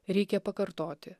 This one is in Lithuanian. reikia pakartoti